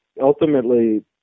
ultimately